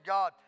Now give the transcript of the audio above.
God